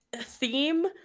theme